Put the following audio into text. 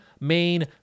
main